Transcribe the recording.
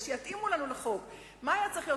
שאלה, עוד יותר, מה היעד פה?